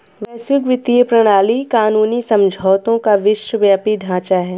वैश्विक वित्तीय प्रणाली कानूनी समझौतों का विश्वव्यापी ढांचा है